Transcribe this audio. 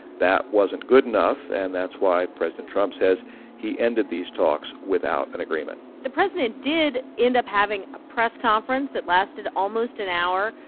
that wasn't good enough, and that's why president trump says he ended these talks without an agreement the president did end up having a press conference that lasted almost an hour.